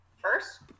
first